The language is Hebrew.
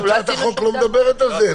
אבל הצעת החוק לא מדברת על זה.